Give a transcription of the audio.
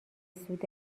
سود